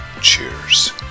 Cheers